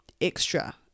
extra